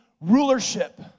rulership